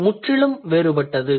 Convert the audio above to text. இது முற்றிலும் வேறுபட்டது